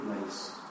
place